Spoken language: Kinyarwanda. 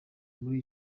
muri